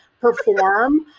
perform